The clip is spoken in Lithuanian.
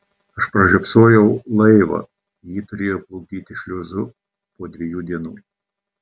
aš pražiopsojau laivą jį turėjo plukdyti šliuzu po dviejų dienų